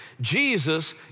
Jesus